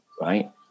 Right